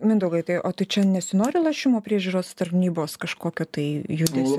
mindaugai tai o tai čia nesinori lošimų priežiūros tarnybos kažkokio tai judesio